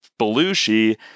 Belushi